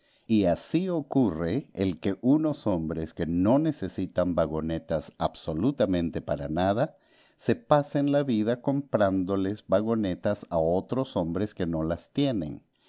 y así ocurre el que unos hombres que no necesitan vagonetas absolutamente para nada se pasen la vida comprándoles vagonetas a otros hombres que no las tienen